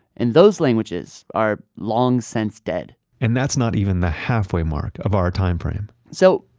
and those languages are long since dead and that's not even the halfway mark of our time frame so,